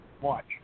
watch